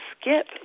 skip